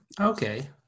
Okay